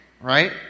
right